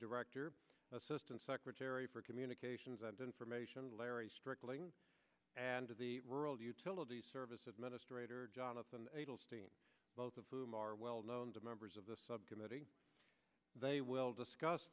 director assistant secretary for communications and information to larry struggling and to the rural utilities service administrator jonathan adelstein both of whom are well known to members of the subcommittee they will discuss